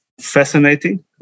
Fascinating